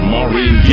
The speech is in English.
Maureen